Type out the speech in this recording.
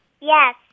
Yes